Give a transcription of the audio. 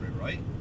right